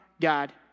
God